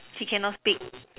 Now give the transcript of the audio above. he cannot speak